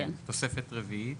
תוספת רביעית.